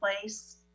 place